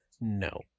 No